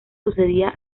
sucedía